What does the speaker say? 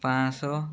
ପାଞ୍ଚ ଶହେ